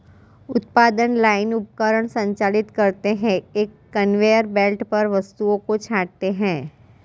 उत्पादन लाइन उपकरण संचालित करते हैं, एक कन्वेयर बेल्ट पर वस्तुओं को छांटते हैं